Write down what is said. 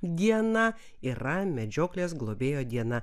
diena yra medžioklės globėjo diena